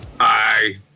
Hi